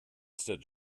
stood